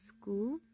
school